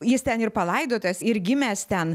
jis ten ir palaidotas ir gimęs ten